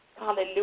Hallelujah